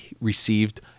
received